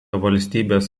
valstybės